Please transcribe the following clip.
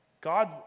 God